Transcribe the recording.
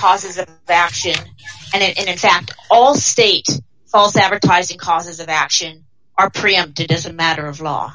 causes of action and in fact all state advertised causes of action are preempted as a matter of law